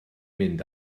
mynd